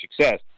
success